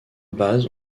bases